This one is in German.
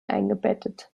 eingebettet